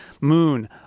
moon